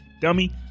dummy